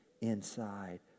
inside